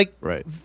Right